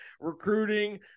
recruiting